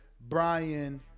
Brian